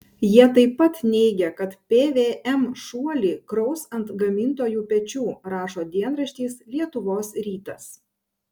jie taip pat neigia kad pvm šuolį kraus ant gamintojų pečių rašo dienraštis lietuvos rytas